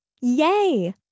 Yay